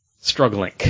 struggling